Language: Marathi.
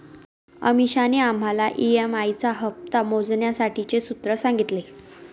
अमीषाने आम्हाला ई.एम.आई चा हप्ता मोजण्यासाठीचे सूत्र सांगितले